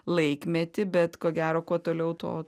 laikmetį bet ko gero kuo toliau tuo